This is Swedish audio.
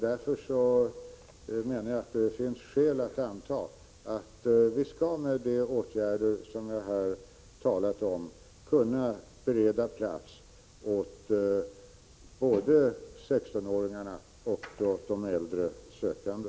Därför finns det skäl att anta att vi med de åtgärder jag här talat om skall kunna bereda plats åt både 16-åringar och de äldresökande.